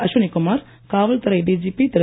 அஸ்வினி குமார் காவல்துறை டிஜிபி திரு